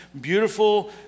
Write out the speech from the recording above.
beautiful